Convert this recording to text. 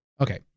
Okay